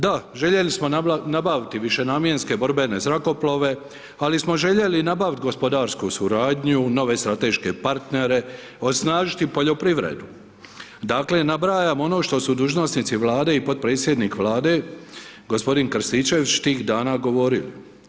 Da, željeli smo nabaviti višenamjenske borbene zrakoplove ali smo željeli nabaviti gospodarsku suradnju, nove strateške partnere, osnažiti poljoprivredu, dakle nabrajam ono što su dužnosnici Vlade i potpredsjednik Vlade g. Krstičević tih dana govorili.